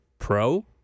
pro